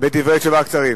בדברי תשובה קצרים.